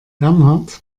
bernhard